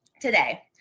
today